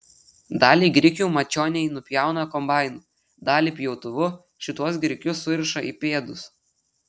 dalį grikių mačioniai nupjauna kombainu dalį pjautuvu šituos grikius suriša į pėdus